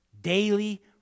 Daily